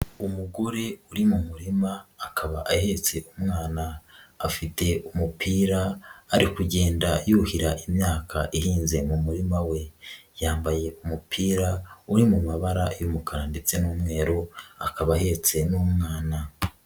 Umugore uri mu murima akaba ahetse umwana, afite umupira ari kugenda yuhira imyaka ihinze mu murima we. Yambaye umupira uri mu mabara y'umukara ndetse n'umweru akaba ahetse n'umwana.